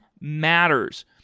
matters